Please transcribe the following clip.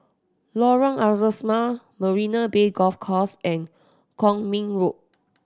Lorong Asrama Marina Bay Golf Course and Kwong Min Road